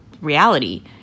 reality